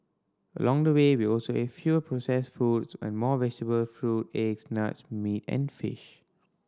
along the way we also ate fewer processed foods and more vegetable fruit eggs nuts meat and fish